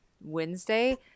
Wednesday